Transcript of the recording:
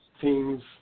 teams